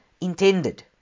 intended